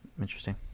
interesting